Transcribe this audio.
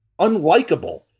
unlikable